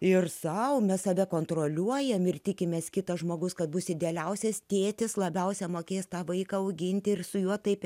ir sau mes save kontroliuojame ir tikimės kitas žmogus kad bus idealiausias tėtis labiausia mokės tą vaiką auginti ir su juo taip